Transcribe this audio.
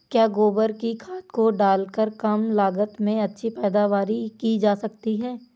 क्या गोबर की खाद को डालकर कम लागत में अच्छी पैदावारी की जा सकती है?